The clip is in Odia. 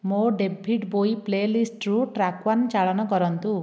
ମୋ ଡେଭିଡ୍ ବୋଇ ପ୍ଳେଲିଷ୍ଟରୁ ଟ୍ରାକ୍ ୱାନ୍ ଚାଳନ କରନ୍ତୁ